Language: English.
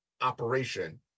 operation